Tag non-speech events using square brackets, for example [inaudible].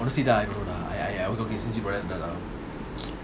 honestly that I don't know lah I I [noise]